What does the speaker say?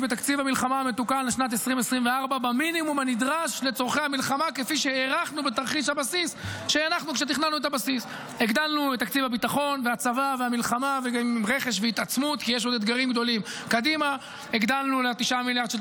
אבל הקריאות נותרות